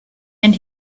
and